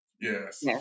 Yes